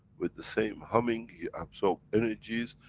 with the same humming you absorb energies,